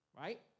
right